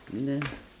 enough